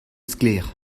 sklaer